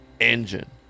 engine